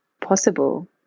possible